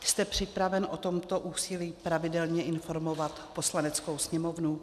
Jste připraven o tomto úsilí pravidelně informovat Poslaneckou sněmovnu?